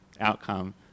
outcome